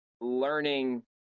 learning